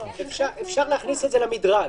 אפשר להכניס את זה למדרג.